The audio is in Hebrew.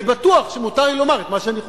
אני בטוח שמותר לי לומר את מה שאני חושב.